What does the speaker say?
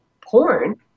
porn